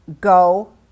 go